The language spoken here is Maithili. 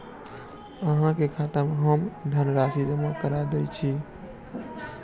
अहाँ के खाता में हम धनराशि जमा करा दिअ की?